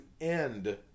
end